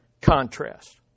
contrast